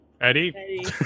Eddie